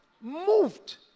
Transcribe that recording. moved